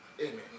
amen